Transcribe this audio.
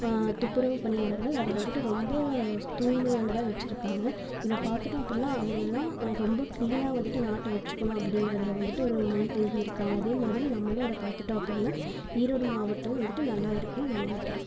துப்புறவு பணியாளர்கள் அதை வந்துட்டு ரொம்ப தூய்மையானதாக வச்சிருக்காங்கள் இப்போ பார்த்துட்டோம் அப்படின்னா அங்கேலாம் ரொம்ப கிளீனாக வந்துட்டு நாட்டை வச்சிக்கணும் அப்படிங்கிறதுல வந்துட்டு ரொம்பவும் இருக்காங்கள் அதேமாதிரி நம்மளும் அதை பார்த்துட்டோம் அப்படின்னா ஈரோடு மாவட்டம் வந்துட்டு நல்லாருக்குன்னு நான் நினைக்கிறேன்